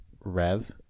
rev